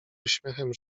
uśmiechem